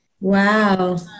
Wow